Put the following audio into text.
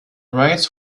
rights